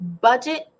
Budget